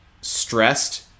stressed